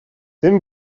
tym